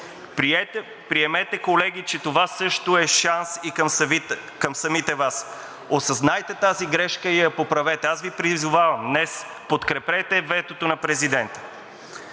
Приемете, колеги, че това също е шанс и към самите Вас, осъзнайте тази грешка и я поправете! Аз Ви призовавам днес – подкрепете ветото на президента!